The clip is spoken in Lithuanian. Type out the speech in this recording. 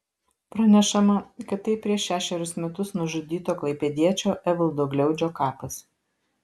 pranešama kad tai prieš šešerius metus nužudyto klaipėdiečio evaldo gliaudžio kapas